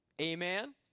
Amen